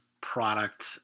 product